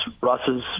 Russ's